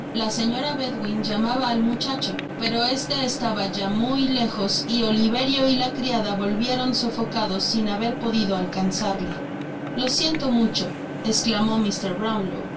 la señora bedwin llamaba al muchacho pero este estaba ya muy lejos y oliverio y la criada volvieron sofocados sin haber podido alcanzarle lo siento mucho esclamó